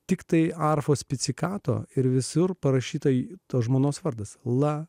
tiktai arfos pizzicato ir visur parašytai tos žmonos vardas la